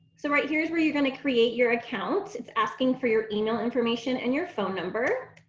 so right here is where you're going to create your account. it's asking for your email information and your phone number